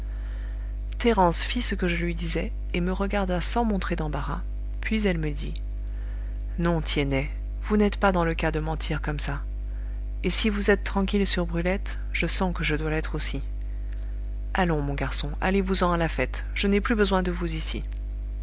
thérence fit ce que je lui disais et me regarda sans montrer d'embarras puis elle me dit non tiennet vous n'êtes pas dans le cas de mentir comme ça et si vous êtes tranquille sur brulette je sens que je dois l'être aussi allons mon garçon allez-vous-en à la fête je n'ai plus besoin de vous ici